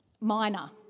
Minor